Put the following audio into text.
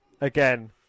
again